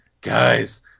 guys